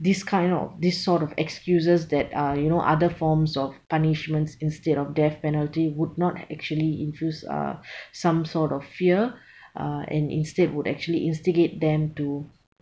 these kind of these sort of excuses that uh you know other forms of punishments instead of death penalty would not actually infuse uh some sort of fear uh and instead would actually instigate them to